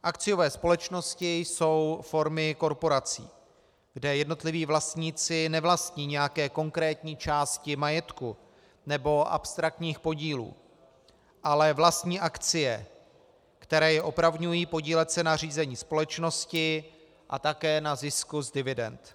Akciové společnosti jsou formy korporací, kde jednotliví vlastníci nevlastní nějaké konkrétní části majetku nebo abstraktních podílů, ale vlastní akcie, které je opravňují podílet se na řízení společnosti a také na zisku z dividend.